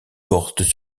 portent